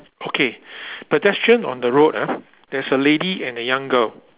okay pedestrian on the road ah there's a lady and a young girl